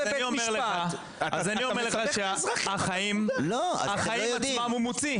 אז אני אומר לך שבחיים עצמם הוא מוציא.